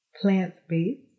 Plant-based